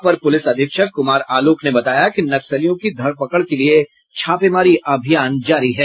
अपर पुलिस अधीक्षक कुमार आलोक ने बताया कि नक्सलियों की धर पकड़ के लिये छापेमारी अभियान जारी है